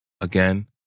again